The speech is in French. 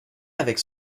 avec